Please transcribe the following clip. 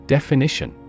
Definition